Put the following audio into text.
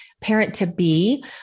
parent-to-be